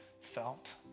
felt